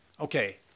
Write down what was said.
okay